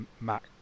Mac